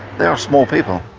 they are small people.